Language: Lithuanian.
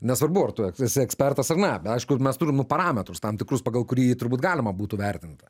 nesvarbu ar tu esi ekspertas ar ne bet aišku mes turim nu parametrus tam tikrus pagal kurį turbūt galima būtų vertinti